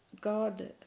God